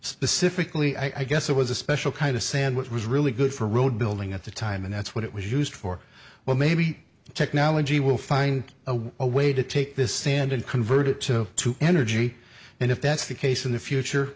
specifically i guess it was a special kind of sand which was really good for road building at the time and that's what it was used for well maybe technology will find a way to take this sand and convert it to to energy and if that's the case in the future